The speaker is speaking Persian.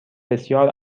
بسیار